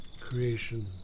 Creation